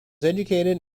educated